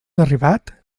arribat